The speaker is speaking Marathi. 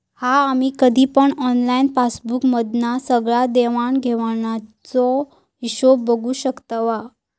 हा आम्ही कधी पण ऑनलाईन पासबुक मधना सगळ्या देवाण घेवाणीचो हिशोब बघू शकताव